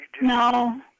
No